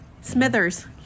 Smithers